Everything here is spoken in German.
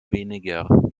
weniger